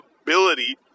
ability